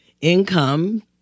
income